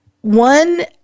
One